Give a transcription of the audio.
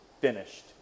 finished